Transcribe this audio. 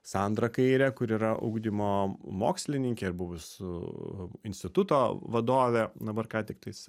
sandra kairė kuri yra ugdymo mokslininkė ir buvus instituto vadovė dabar ką tiktais